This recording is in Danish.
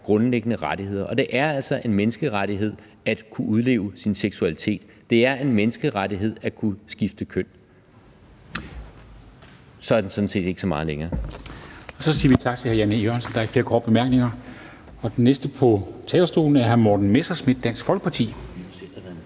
grundlæggende rettigheder, og det er altså en menneskerettighed at kunne udleve sin seksualitet; det er en menneskerettighed at kunne skifte køn. Så er den sådan set ikke så meget længere. Kl. 19:08 Formanden (Henrik Dam Kristensen): Der er ikke flere korte bemærkninger, og så siger vi tak til hr. Jan E. Jørgensen. Den næste på talerstolen er hr. Morten Messerschmidt, Dansk Folkeparti.